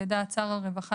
לדעת שר הרווחה,